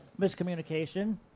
miscommunication